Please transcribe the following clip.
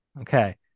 Okay